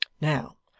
now,